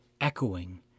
echoing